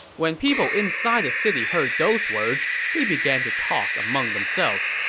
when people inside the city heard those words, they began to talk among themselves.